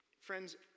Friends